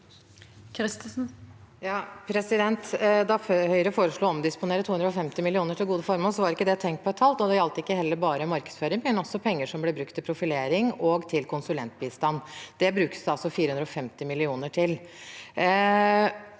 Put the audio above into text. Da Høyre foreslo å omdisponere 250 mill. kr til gode formål, var ikke det «tenk på et tall», og det gjaldt heller ikke bare markedsføring, men også penger som ble brukt til profilering og til konsulentbistand. Det brukes det altså 450 mill.